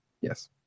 Yes